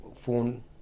phone